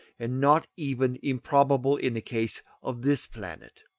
and not even improbable, in the case of this planet.